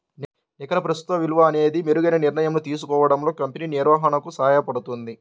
నికర ప్రస్తుత విలువ అనేది మెరుగైన నిర్ణయం తీసుకోవడంలో కంపెనీ నిర్వహణకు సహాయపడుతుంది